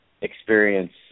experience